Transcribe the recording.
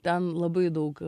ten labai daug